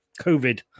Covid